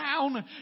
down